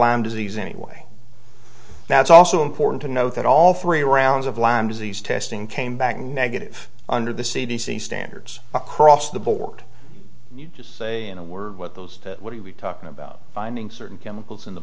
lyme disease anyway that's also important to note that all three rounds of lyme disease testing came back negative under the c d c standards across the board just say in a word what those what are we talking about finding certain chemicals in the